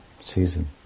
season